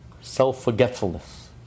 self-forgetfulness